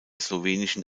slowenischen